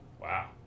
wow